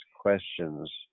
questions